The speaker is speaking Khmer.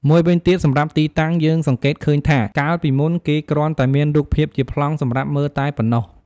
មួយវិញទៀត សម្រាប់ទីតាំង យើងសង្កេតឃើញថា កាលពីមុន គេគ្រាន់តែមានរូបភាពជាប្លង់សម្រាប់មើលតែប៉ុណ្ណោះ។